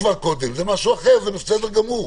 זה משהו אחר וזה בסדר גמור.